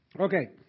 Okay